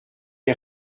les